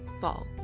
fall